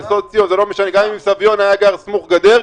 סוציו גם אם --- היה גר בסמוך-גדר,